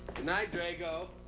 night, drago.